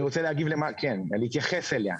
אני אתייחס אליה.